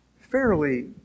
fairly